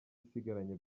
isigaranye